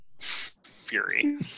fury